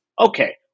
okay